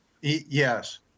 Yes